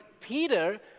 Peter